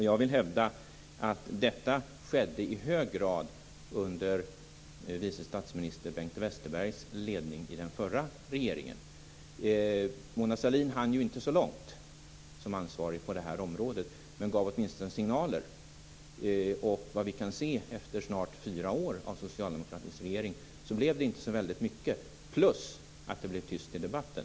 Jag vill hävda att detta skedde i hög grad under vice statsminister Bengt Westerbergs ledning i den förra regeringen. Mona Sahlin hann inte så långt som ansvarig på det här området, men hon gav åtminstone signaler. Efter snart fyra år av socialdemokratisk regering kan vi se att det inte blev så väldigt mycket av detta. Dessutom blev det tyst i debatten.